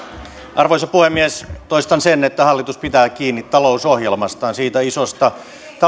arvoisa puhemies toistan sen että hallitus pitää kiinni talousohjelmastaan siitä isosta